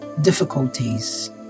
difficulties